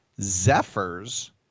Zephyrs